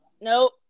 Nope